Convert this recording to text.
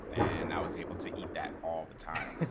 and i was able to eat that all the time.